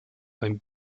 beim